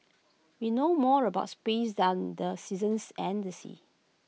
we know more about space than the seasons and the seas